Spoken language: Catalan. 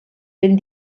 ben